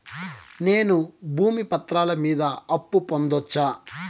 నేను భూమి పత్రాల మీద అప్పు పొందొచ్చా?